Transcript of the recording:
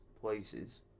places